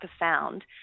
profound